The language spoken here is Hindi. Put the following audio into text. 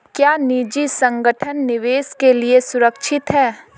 क्या निजी संगठन निवेश के लिए सुरक्षित हैं?